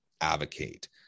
advocate